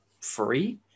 free